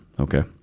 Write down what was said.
Okay